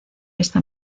esta